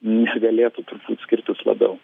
negalėtų turbūt skirtis labiau